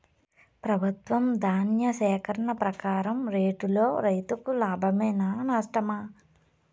ప్రభుత్వం ధాన్య సేకరణ ప్రకారం రేటులో రైతుకు లాభమేనా నష్టమా?